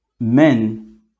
men